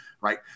Right